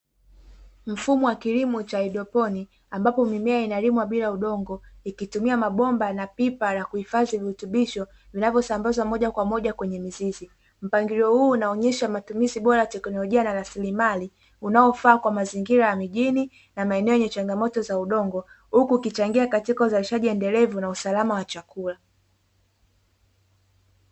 Mfumo wa kilimo cha haidroponi ambapo mimea inalimwa bila udongo ikitumia mabomba na pipa la kuhifadhi virutubisho vinavyosambazwa moja wa moja kwenye mizizi. Mpangilio huu unaonesha matumizi bora ya teknolojia na rasilimali unaofaa kwa mazingira ya mijini na maeneo yenye changamoto za udongo huku ukichangia katika uzalishaji endelevu na usalama wa chakula.